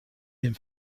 dem